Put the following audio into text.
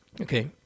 Okay